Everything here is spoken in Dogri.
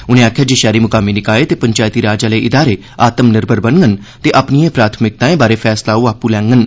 उनें आखेआ जे शैह्री मुकामी निकाये ते पंचैती राज आह्ले इदारे आत्म निर्भर बनडन ते अपनियें प्राथमिकताएं बारै फैसला ओह आपूं लैडन